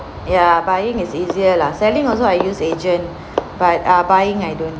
ya buying is easier lah selling also I use agent but err buying I don't